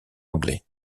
anglais